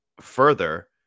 further